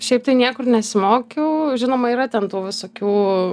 šiaip tai niekur nesimokiau žinoma yra ten visokių